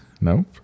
Nope